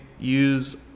use